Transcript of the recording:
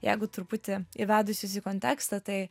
jeigu truputį įvedus jus į kontekstą tai